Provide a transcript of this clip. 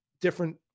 different